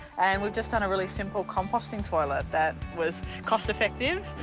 and we've just done a really simple composting toilet that was cost-effective,